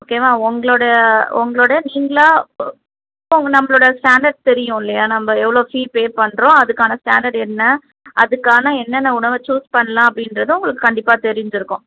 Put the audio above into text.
ஓகேவா உங்களோட உங்களோட நீங்களாக உங்கள் நம்மளோட ஸ்டாண்டர்ட் தெரியும் இல்லையா நம்ம எவ்வளோ ஃபீ பே பண்ணுறோம் அதுக்கான ஸ்டாண்டர்ட் என்ன அதுக்கான என்னென்ன உணவை சூஸ் பண்ணலாம் அப்படின்றதும் உங்களுக்கு கண்டிப்பாக தெரிஞ்சுருக்கும்